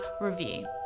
review